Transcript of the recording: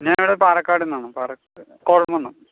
ഞാൻ ഇവിടെ പാലക്കാട് നിന്നാണ് പാലക്കാട് കോതംകുന്നം